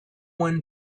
one